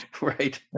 Right